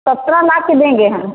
सत्रह लाख पर देंगे हम